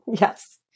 Yes